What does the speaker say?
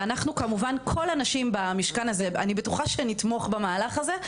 אני בטוחה שכל הנשים במשכן הזה יתמכו במהלך הזה,